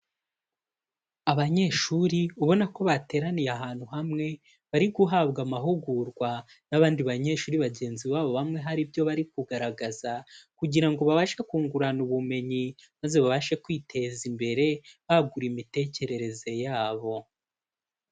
Abanyeshuri ubona ko bateraniye ahantu hamwe bari guhabwa amahugurwa n'abandi banyeshuri bagenzi babo bamwe hari ibyo bari kugaragaza, kugira ngo babashe kungurana ubumenyi maze babashe kwiteza imbere, bagura imitekerereze yabo.